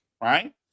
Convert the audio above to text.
right